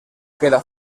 queda